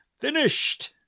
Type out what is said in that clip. finished